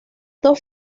dos